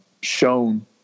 shown